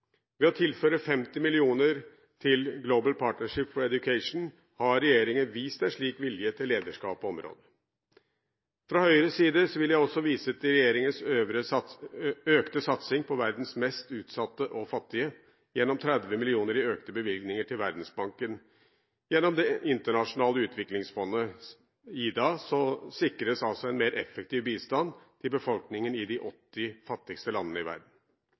Ved å tilføre 50 mill. kr til Global Partnership for Education har regjeringen vist en slik vilje til lederskap på området. Fra Høyres side vil jeg også vise til regjeringens økte satsing på verdens mest utsatte og fattige. Gjennom 30 mill. kr i økte bevilgninger til Verdensbanken gjennom Det internasjonale utviklingsfondet, IDA, sikres en mer effektiv bistand til befolkningen i de 80 fattigste landene i verden.